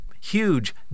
huge